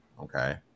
okay